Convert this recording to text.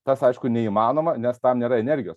tas aišku neįmanoma nes tam nėra energijos